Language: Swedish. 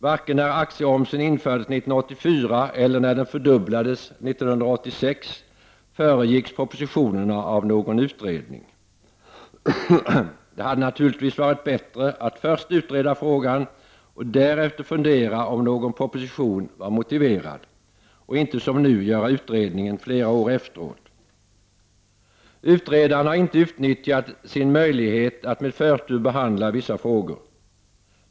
Varken när aktieomsen infördes 1984 eller när den fördubblades 1986 föregicks propositionerna av någon utredning. Det hade naturligtvis varit bättre att först utreda frågan och därefter fundera om någon proposition var motiverad, och inte, som nu, göra utredningen flera år efteråt. Utredaren har inte utnyttjat sin möjlighet att med förtur behandla vissa frågor.